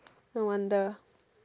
no wonder